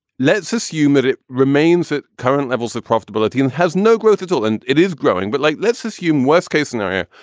let's assume that it remains at current levels of profitability and has no growth at all and it is growing. but like let's assume worst case scenario,